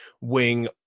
wing